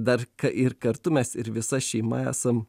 dar ir kartu mes ir visa šeima esam